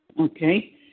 Okay